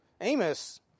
Amos